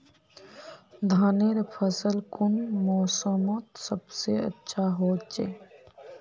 धानेर फसल कुन मोसमोत सबसे अच्छा होचे?